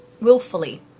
willfully